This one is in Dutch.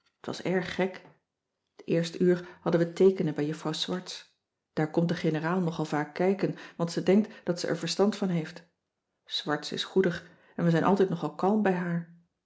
t was erg gek het eerste uur hadden we teekenen bij juffrouw swarts daar komt de generaal nogal vaak kijken want ze denkt dat ze er verstand van heeft swarts is goedig en we zijn altijd nogal kalm bij haar